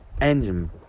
engine